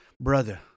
Brother